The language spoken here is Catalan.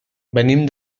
venim